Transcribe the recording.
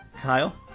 Kyle